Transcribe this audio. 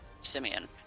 Simeon